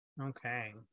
Okay